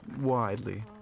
widely